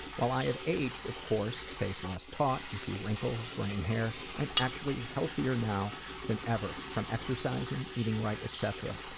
while i have aged of course, face less taut, and a few wrinkles, graying hair, i am actually healthier now than ever, from exercising, eating right, etc.